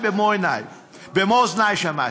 במו-אוזניי שמעתי.